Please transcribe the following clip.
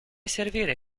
servire